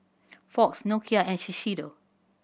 Fox Nokia and Shiseido